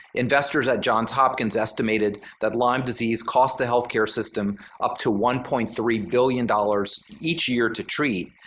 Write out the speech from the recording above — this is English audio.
investors at johns hopkins estimated that lyme disease cost the healthcare system up to one point three billion dollars each year to treat,